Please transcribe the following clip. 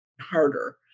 harder